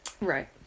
Right